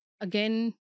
again